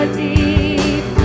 deep